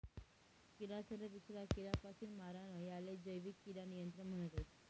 किडासले दूसरा किडापासीन मारानं यालेच जैविक किडा नियंत्रण म्हणतस